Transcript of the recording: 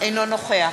אינו נוכח